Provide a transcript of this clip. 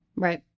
Right